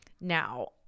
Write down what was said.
now